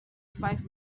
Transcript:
five